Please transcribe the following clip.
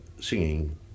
singing